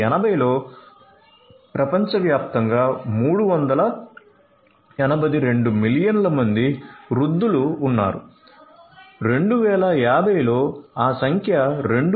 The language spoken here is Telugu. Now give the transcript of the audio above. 1980 లో ప్రపంచవ్యాప్తంగా 382 మిలియన్ల మంది వృద్ధులు ఉన్నారు 2050 లో ఆ సంఖ్య 2